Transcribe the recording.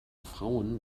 frauen